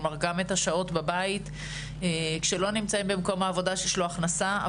כלומר גם את השעות בבית כשלא נמצאים במקום עבודה שיש לו הכנסה.